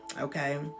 Okay